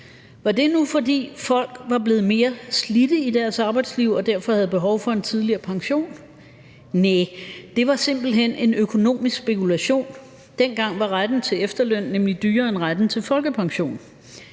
Var det nu, fordi folk var blevet mere slidte i deres arbejdsliv og derfor havde behov for en tidligere pension? Næh, det var simpelt hen en økonomisk spekulation. Dengang var retten til efterløn nemlig dyrere end retten til folkepension,